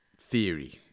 theory